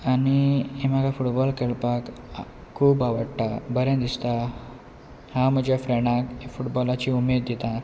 आनी म्हाका फुटबॉल खेळपाक खूब आवडटा बरें दिसता हांव म्हज्या फ्रेंडाक फुटबॉलाची उमेद दिता